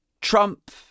Trump